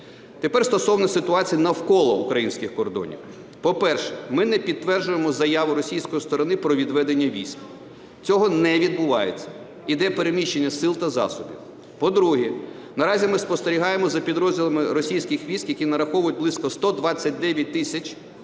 Тепер стосовно ситуації навколо українських кордонів. По-перше, ми не підтверджуємо заяву російської сторони про відведення військ, цього не відбувається, йде переміщення сил та засобів. По-друге, наразі ми спостерігаємо за підрозділами російських військ, які нараховують близько 129 тисяч наземного